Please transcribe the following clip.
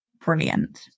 brilliant